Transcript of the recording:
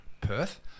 Perth